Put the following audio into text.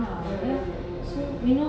mm mm mm mm mm